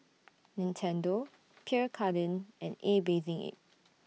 Nintendo Pierre Cardin and A Bathing Ape